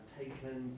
taken